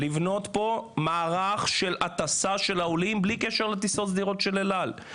אנחנו צריכים לבנות מערך של הטסת עולים בלי קשר לטיסות סדירות של אל על,